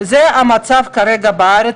תוכלו לראות את המצב כרגע בארץ.